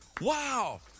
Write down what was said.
Wow